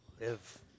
live